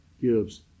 gives